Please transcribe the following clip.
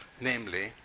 namely